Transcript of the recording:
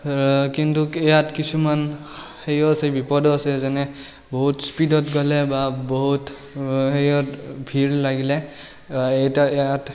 কিন্তু ইয়াত কিছুমান হেৰিও আছে বিপদো আছে যেনে বহুত স্পীডত গ'লে বা বহুত হেৰিয়ত ভিৰ লাগিলে ইয়াত